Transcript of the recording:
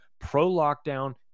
pro-lockdown